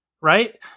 right